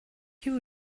you